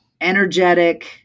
energetic